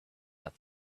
out